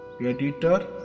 editor